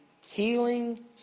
healing